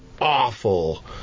awful